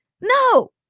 No